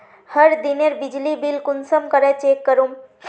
हर दिनेर बिजली बिल कुंसम करे चेक करूम?